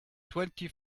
twenty